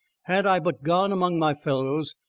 had i but gone among my fellows,